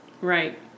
Right